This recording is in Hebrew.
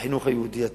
החינוך היהודי הטהור,